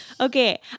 Okay